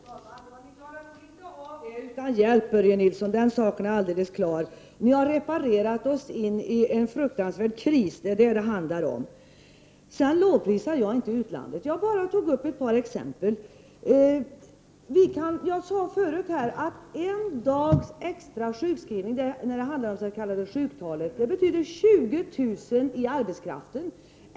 Herr talman! Ni klarar inte av det utan hjälp, Börje Nilsson, den saken är alldeles klar. Ni har reparerat oss in i en fruktansvärd kris. Det är vad det handlar om. Jag lovprisar inte utlandet. Jag bara tog ett par exempel. Jag sade förut här att en dags extra sjukskrivning, när det handlar om det s.k. sjuktalet, betyder 20 000 i arbetskraft.